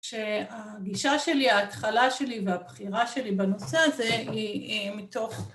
שהגישה שלי, ההתחלה שלי והבחירה שלי בנושא, זה, היא מתוך